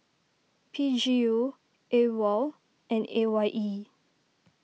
P G U Awol and A Y E